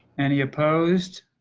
any opposed.